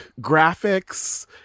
graphics